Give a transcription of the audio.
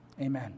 amen